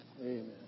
Amen